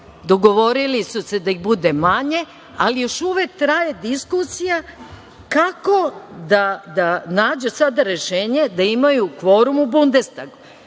Dogovorili su se da ih bude manje, ali još uvek traje diskusija kako da nađu sada rešenje da imaju kvorum u Bundestagu. Znači,